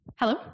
Hello